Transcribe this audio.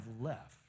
left